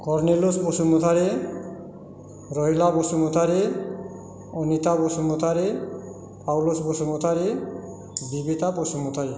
Cornelius Basumatary Rahila Basumatary Anitha Basumatary Paulus Basumatary Bibitha Basumatary